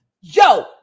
Yo